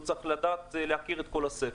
הוא צריך להכיר את כל הספר.